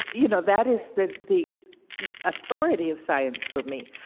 you know, that is the the authority of science for me.